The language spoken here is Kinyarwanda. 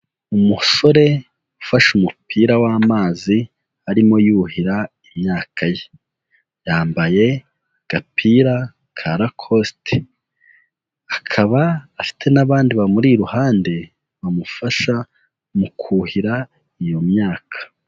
umusore ufashe umupira w'amazi arimo yuhira imyaka ye, yambaye agapira ka lakosite, akaba afite n'abandi bamuri iruhande bamufasha mu kuhira iyo myaka.